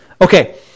Okay